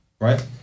right